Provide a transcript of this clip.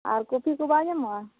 ᱟᱨ coffee ᱠᱚ ᱵᱟᱝ ᱧᱟᱢᱚᱜᱼᱟ